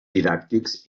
didàctics